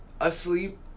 asleep